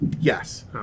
Yes